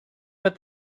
but